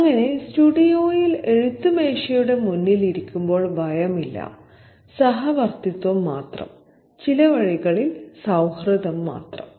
അങ്ങനെ സ്റ്റുഡിയോയിൽ എഴുത്തു മേശയുടെ മുന്നിൽ ഇരിക്കുമ്പോൾ ഭയമില്ല സഹവർത്തിത്വം മാത്രം ചില വഴികളിൽ സൌഹൃദം മാത്രം